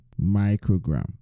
microgram